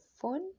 phone